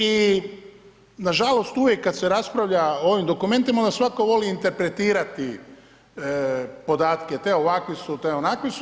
I nažalost uvijek kada se raspravlja o ovim dokumentima onda svatko voli interpretirati podatke te ovakvi su, te onakvi su.